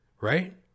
Right